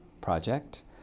project